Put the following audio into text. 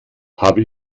habe